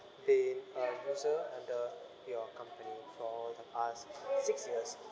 been a user under your company for all the past six years